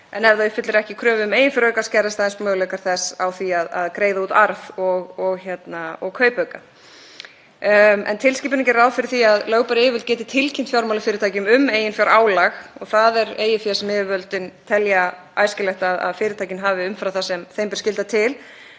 en ef það uppfyllir ekki kröfu um eiginfjárauka skerðast aðeins möguleikar þess á því að greiða út arð og kaupauka. En tilskipunin gerir ráð fyrir því að lögbær yfirvöld geti tilkynnt fjármálafyrirtækjum um eiginfjárálag og það er eigið fé sem yfirvöld telja æskilegt að fyrirtækin hafi umfram það sem þeim ber skylda til.